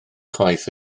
chwaith